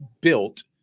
built